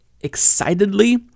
excitedly